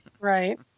right